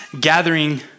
gathering